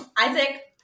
Isaac